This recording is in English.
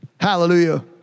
Hallelujah